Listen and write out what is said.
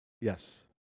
yes